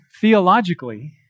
theologically